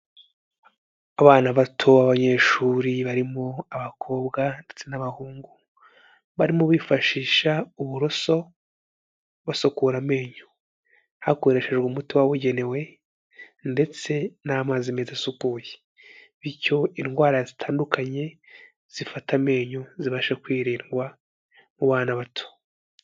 Abana bato b'abanyeshuri barimo abakobwa ndetse n'abahungu, barimo bifashisha uburoso basukura amenyo, hakoreshejwe umuti wabugenewe ndetse n'amazi meza asukuye, bityo indwara zitandukanye zifata amenyo zibashe kwirindwa mu bana bato.